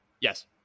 Yes